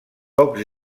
pocs